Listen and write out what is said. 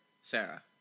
Sarah